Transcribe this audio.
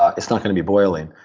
it's not going to be boiling.